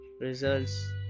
results